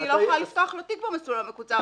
אני לא יכולה לפתוח לו תיק במסלול המקוצר,